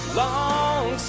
long